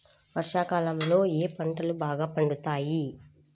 వర్షాకాలంలో ఏ పంటలు బాగా పండుతాయి?